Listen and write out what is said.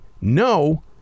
no